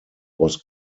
was